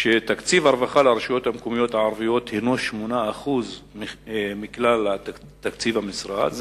שתקציב הרווחה לרשויות המקומיות הערביות הוא 8% מכלל תקציב המשרד,